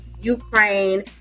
Ukraine